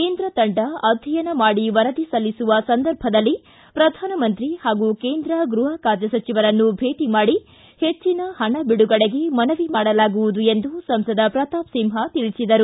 ಕೇಂದ್ರ ತಂಡ ಅಧ್ಯಯನ ಮಾಡಿ ವರದಿ ಸಲ್ಲಿಸುವ ಸಂದರ್ಭದಲ್ಲಿ ಪ್ರಧಾನಮಂತ್ರಿ ಹಾಗೂ ಕೇಂದ್ರ ಗೃಹ ಖಾತೆ ಸಚವರನ್ನು ಭೇಟ ಮಾಡಿ ಹೆಚ್ಚನ ಹಣ ಬಿಡುಗಡೆಗೆ ಮನವಿ ಮಾಡಲಾಗುವುದು ಎಂದು ಸಂಸದ ಪ್ರತಾಪ್ ಸಿಂಹ ತಿಳಿಸಿದರು